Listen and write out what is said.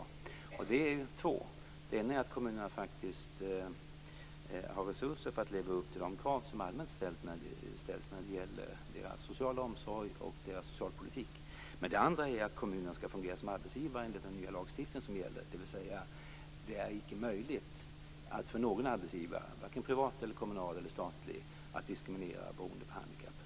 Det finns två saker. Den ena är att kommunerna faktiskt har resurser för att leva upp till de krav som allmänt ställs när det gäller deras sociala omsorg och deras socialpolitik. Den andra är att kommunerna skall fungera som arbetsgivare enligt den nya lagstiftning som gäller. Det är inte möjligt för någon arbetsgivare - privat, kommunal eller statlig - att diskriminera beroende på handikapp.